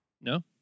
No